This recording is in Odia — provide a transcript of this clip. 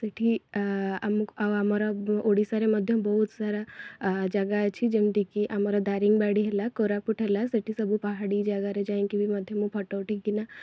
ସେଇଠି ଆମକୁ ଆଉ ଆମର ଓଡ଼ିଶାରେ ମଧ୍ୟ ବହୁତ ସାରା ଜାଗାଅଛି ଯେମିତି କି ଆମର ଦାରିଙ୍ଗବାଡ଼ି ହେଲା କୋରାପୁଟ ହେଲା ସେଇଠି ସବୁ ପାହାଡ଼ି ଜାଗାରେ ଯାଇକି ବି ମଧ୍ୟ ମୁଁ ଫଟୋ ଉଠାଇକିନା